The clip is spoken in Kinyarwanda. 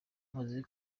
muzi